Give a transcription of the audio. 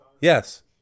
yes